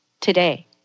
today